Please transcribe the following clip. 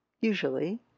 usually